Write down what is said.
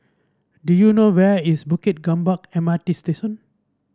do you know where is Bukit Gombak M R T Station